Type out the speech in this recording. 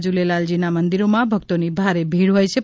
જુલેલાલજીના મંદિરોમાં ભકતોની ભારે ભીડ હોયછે